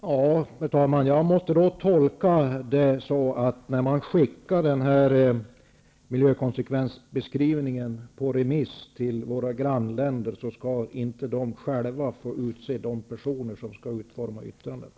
Herr talman! Jag tolkar detta som att när miljökonsekvensbeskrivningen skickas på remiss till våra grannländer kommer de inte att själva få utse de personer som skall utforma yttrandena.